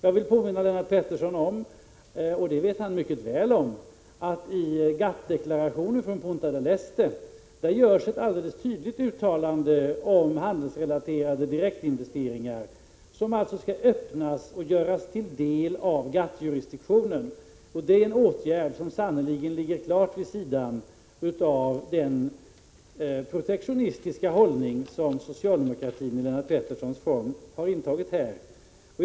Jag vill påminna Lennart Pettersson om — och detta vet han mycket väl — att i GATT-deklarationen från Punta del Este görs ett alldeles tydligt uttalande om handelsrelaterade direktinvesteringar. Dessa möjligheter skall alltså öppnas och göras till del av GATT-jurisdiktionen. Det är en åtgärd som sannerligen ligger klart vid sidan av den protektionistiska hållning som socialdemokratin i Lennart Petterssons skepnad har intagit.